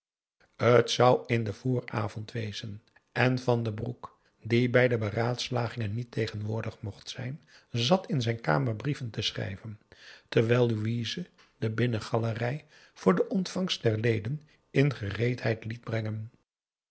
t zou in den vooravond wezen en van den broek die bij de beraadslagingen niet tegenwoordig mocht zijn zat in zijn kamer brieven te schrijven terwijl louise de binnengalerij voor de ontvangst der leden in gereedheid liet brengen